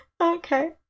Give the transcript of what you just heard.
Okay